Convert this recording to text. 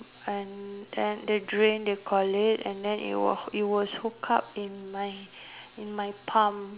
and and the drain they call it and then it was it was hook up in my in my palm